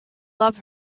love